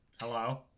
Hello